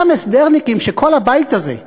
אותם הסדרניקים, שכל הבית הזה,